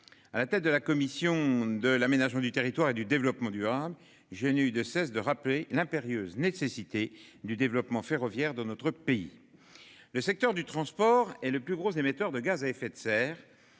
À la tête de la commission de l'aménagement du territoire et du développement durable. Je n'ai eu de cesse de rappeler l'impérieuse nécessité du développement ferroviaire dans notre pays. Le secteur du transport et le plus gros émetteurs de gaz à effet de serre.